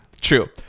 True